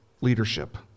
leadership